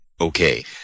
okay